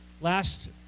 Last